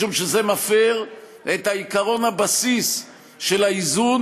משום שזה מפר את עקרון הבסיס של האיזון